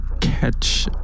catch